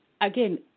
again